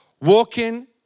walking